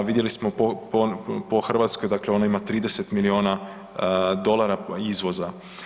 Vidjeli smo po Hrvatskoj, ona ima 30 milijuna dolara izvoza.